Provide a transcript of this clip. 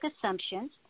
assumptions